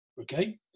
okay